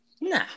Nah